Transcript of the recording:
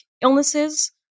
illnesses